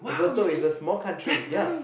is also is a small country ya